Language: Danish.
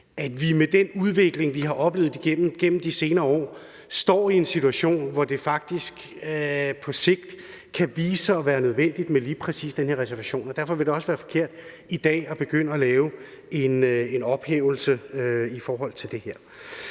vi med den udvikling, vi har oplevet gennem de senere år, står i en situation, hvor det på sigt faktisk kan vise sig at være nødvendigt med lige præcis den her reservation, og derfor vil det også være forkert i dag at begynde at lave en ophævelse af den. Der